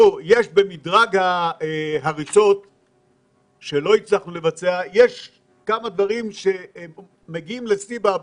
יש במדרג ההריסות כמה דברים שמגיעים לשיא האבסורד.